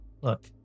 Look